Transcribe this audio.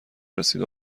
رسید